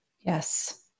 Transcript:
Yes